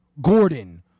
Gordon